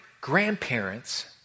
grandparents